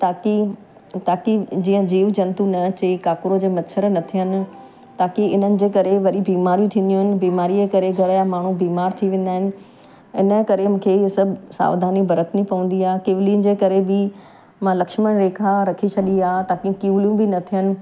ताकी ताकी जीअं जीव जंतू न अचे काकरोच मच्छर न थियनि ताकी इन्हनि जे करे वरी बीमारियूं थींदियूं आहिनि बीमारीअ जे करे घर या माण्हू बीमार थी वेंदा आहिनि इनजे करे मूंखे इहे सभु सावधानी बरतनी पवंदी आहे कीव्लीन जे करे बि मां लक्ष्मन रेखा रखी छॾी आहे ताकी कीव्लियूं बि न थियनि